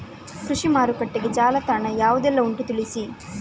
ಕೃಷಿ ಮಾರುಕಟ್ಟೆಗೆ ಜಾಲತಾಣ ಯಾವುದೆಲ್ಲ ಉಂಟು ತಿಳಿಸಿ